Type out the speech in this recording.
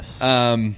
yes